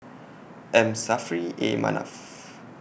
M Saffri A Manaf